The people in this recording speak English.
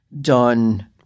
done